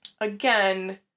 again